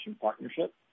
partnership